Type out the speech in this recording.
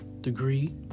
degree